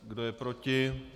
Kdo je proti?